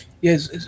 Yes